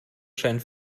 scheinen